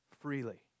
freely